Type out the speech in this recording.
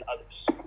others